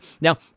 Now